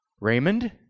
Raymond